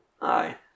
aye